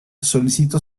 solicitó